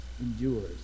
endures